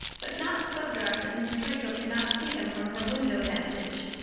but not so dark that mrs. rachel could not see them from her window vantage,